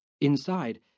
Inside